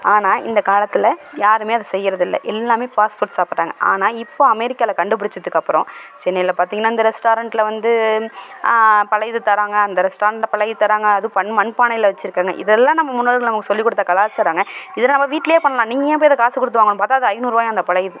ஆனால் இந்த காலத்தில் யாரும் அது செய்கிறது இல்லை எல்லாம் பாஸ்ஃபுட் சாப்பிடுறாங்க ஆனால் இப்போது அமெரிக்காவில் கண்டு பிடித்ததுக்கு அப்புறம் சென்னையில் பார்த்திங்கனா இந்த ரெஸ்டாரண்ட்டில் வந்து பழையது தராங்க அந்த ரெஸ்டாரண்ட்டில் பழையது தராங்க அது மண்பானையில் வச்சுருக்காங்க இது எல்லாம் நம்ம முன்னோர்கள் நமக்கு சொல்லிக் கொடுத்த கலாச்சாரங்க இது நம்ம வீட்லேயே பண்ணலாம் நீங்கள் ஏன் போய் அதை காசு கொடுத்து வாங்கணும் பார்த்தா அது ஐநூறு ரூபாயாம் அந்த பழையது